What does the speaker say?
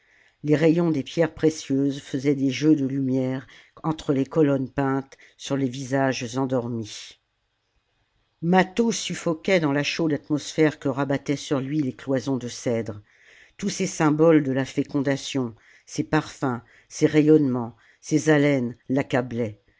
les rayons des pierres précieuses faisaient des jeux de lumière entre les colonnes peintes sur les visages endormis mâtho suffoquait dans la chaude atmosphère que rabattaient sur lui les cloisons de cèdre tous ces symboles de la fécondation ces parfums ces rayonnements ces haleines l'accablaient